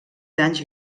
danys